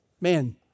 man